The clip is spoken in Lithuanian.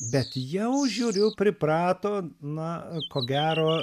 bet jau žiūriu priprato na ko gero